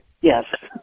Yes